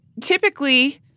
typically